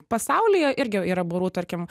pasaulyje irgi yra barų tarkim